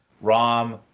rom